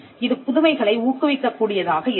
இது புதுமைகளை ஊக்குவிக்கக் கூடியதாக இருக்கும்